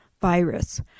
virus